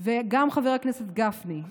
גם חבר הכנסת גפני,